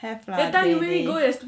have lah okay